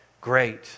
great